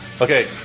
Okay